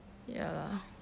ya lah